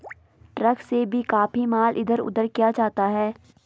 truck से भी काफी माल इधर उधर किया जाता है